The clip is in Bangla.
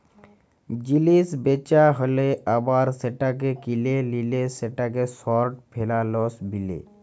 জিলিস বেচা হ্যালে আবার সেটাকে কিলে লিলে সেটাকে শর্ট ফেলালস বিলে